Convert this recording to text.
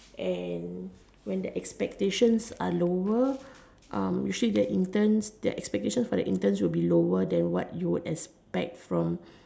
and when the expectation are lower um usually the interns the expectation for the interns will be lower than what you expect from